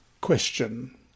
Question